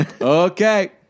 Okay